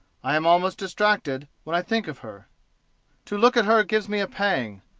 i am almost distracted when i think of her to look at her gives me a pang.